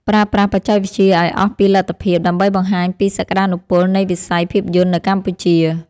ប្រើប្រាស់បច្ចេកវិទ្យាឱ្យអស់ពីលទ្ធភាពដើម្បីបង្ហាញពីសក្ដានុពលនៃវិស័យភាពយន្តនៅកម្ពុជា។